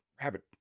rabbit